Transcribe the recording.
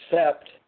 accept